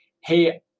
hey